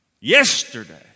yesterday